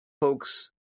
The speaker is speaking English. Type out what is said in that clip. folks